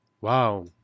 Wow